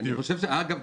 אגב,